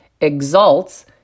Exalts